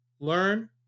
learn